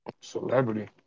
celebrity